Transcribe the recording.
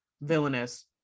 Villainous